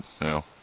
No